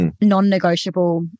non-negotiable